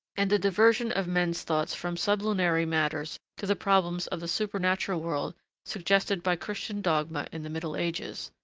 and the diversion of men's thoughts from sublunary matters to the problems of the supernatural world suggested by christian dogma in the middle ages.